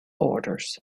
orders